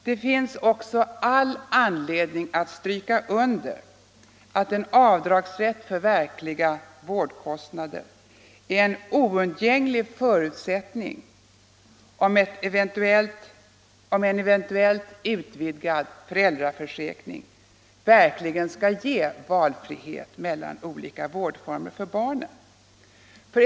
Det finns vidare all anledning understryka att en avdragsrätt för verkliga vårdkostnader är en oundgänglig förutsättning för att en eventuellt utvidgad föräldraförsäkring verkligen skall ge valfrihet mellan olika vårdformer för barnen.